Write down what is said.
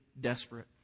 desperate